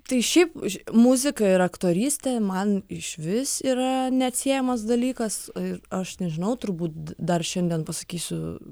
tai šiaip ž muzika ir aktorystė man išvis yra neatsiejamas dalykas ir aš nežinau turbūt dar šiandien pasakysiu